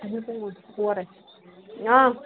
آ